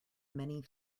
many